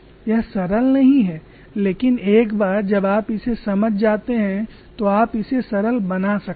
यह सरल नहीं है लेकिन एक बार जब आप इसे समझ जाते हैं तो आप इसे सरल बना सकते हैं